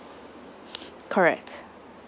correct